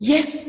Yes